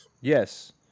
Yes